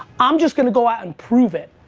i'm just gonna go out and prove it.